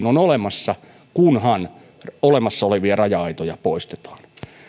on olemassa kunhan olemassa olevia raja aitoja poistetaan